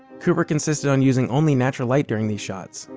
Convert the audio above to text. kubrick insisted on using only natural light during these shots,